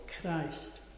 Christ